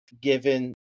given